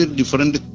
different